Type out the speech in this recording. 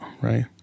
right